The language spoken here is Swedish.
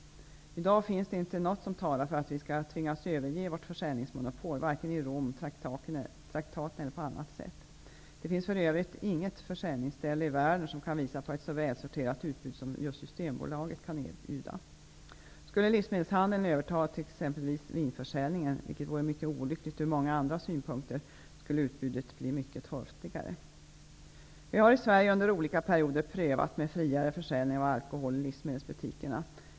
I dag finns det inte något som talar för att vi skall tvingas överge vårt försäljningsmonopol, vare sig i Romtraktaten eller på annat sätt. Det finns för övrigt inget försäljningsställe i världen som kan visa på ett så välsorterat utbud som just Systembolaget kan erbjuda. Om livsmedelshandeln skulle överta exempelvis vinförsäljningen, vilket vore mycket olyckligt ur många andra synpunkter, skulle utbudet bli mycket torftigare. Vi har i Sverige under olika perioder prövat friare försäljning av alkohol i livsmedelsbutikerna.